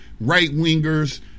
right-wingers